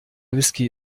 whisky